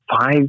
five